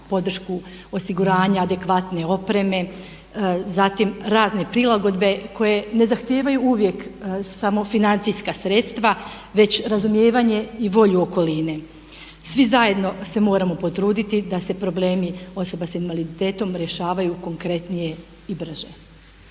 podršku osiguranja, adekvatne opreme, zatim razne prilagodne koje ne zahtijevaju uvijek samo financijska sredstva već razumijevanje i volju okoline. Svi zajedno se moramo potruditi da se problemi osoba s invaliditetom rješavaju konkretnije i brže.